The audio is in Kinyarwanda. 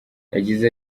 yagize